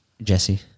Jesse